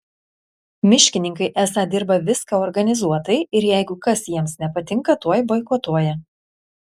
miškininkai esą dirba viską organizuotai ir jeigu kas jiems nepatinka tuoj boikotuoja